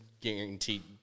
guaranteed